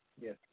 yes